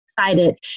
excited